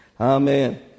Amen